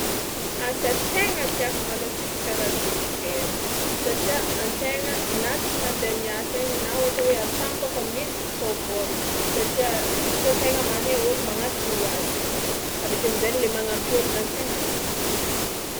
Asa tegna tiàko malôha tsisy karaha dokotera, satria an-tegna na tsy mandeha miasa igny na ohatra hoe an-trano kaofa mikitra fao vôla satria izy koa an-tegna mahay ôlo manantogno ho azy fao, avy akeo amin-jainy le magnampy ôlo zany tegna tiàko.